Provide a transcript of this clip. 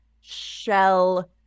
shell